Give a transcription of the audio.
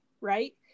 right